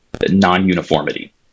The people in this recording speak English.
non-uniformity